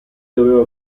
doveva